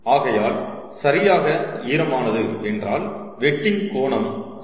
ஆகையால் சரியாக ஈரமானது என்றால் வெட்டிங் கோணம் 0